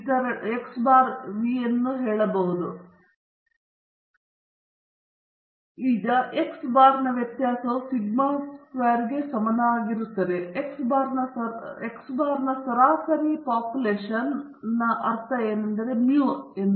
ಆದ್ದರಿಂದ ಸ್ಲೈಡ್ನಲ್ಲಿ ತೋರಿಸಿರುವಂತೆ x ಬಾರ್ನ ವ್ಯತ್ಯಾಸವು ಸಿಗ್ಮಾ ವರ್ಗಕ್ಕೆ ಸಮನಾಗಿರುತ್ತದೆ x ಬಾರ್ನ ಸರಾಸರಿ ಜನಸಂಖ್ಯೆಯ ಅರ್ಥ ಮು ಎಂದು